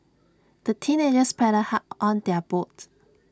the teenagers paddled hard on their boat